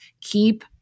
keep –